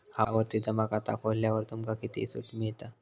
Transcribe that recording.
आवर्ती जमा खाता खोलल्यावर तुमका काय किती सूट मिळता?